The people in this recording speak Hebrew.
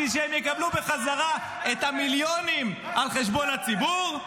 בשביל שהם יקבלו בחזרה את המיליונים על חשבון הציבור.